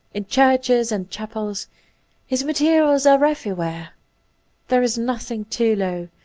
in churches and chapels his ma terials are everywhere there is nothing too low,